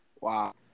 Wow